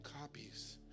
copies